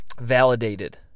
validated